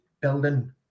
building